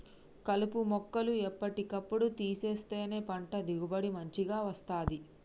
కలుపు మొక్కలు ఎప్పటి కప్పుడు తీసేస్తేనే పంట దిగుబడి మంచిగ వస్తది